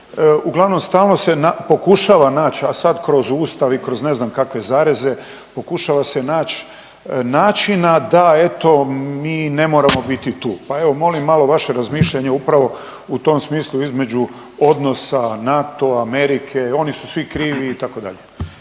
Uglavnom stalno se pokušava naći, a sad kroz Ustav i kroz ne znam kakve zareze pokušava se naći načina da eto mi ne moramo biti tu. Pa evo molim malo vaše razmišljanje upravo u tom smislu između odnosa NATO, Amerike, oni su svi krivi itd.